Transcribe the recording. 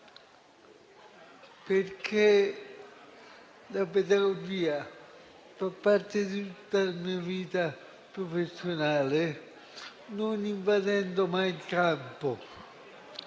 perché la pedagogia ha fatto parte di tutta la mia vita professionale, senza invadere mai il campo.